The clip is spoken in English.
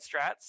strats